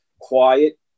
quiet